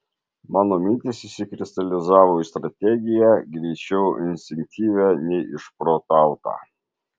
mano mintys išsikristalizavo į strategiją greičiau instinktyvią nei išprotautą